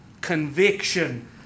conviction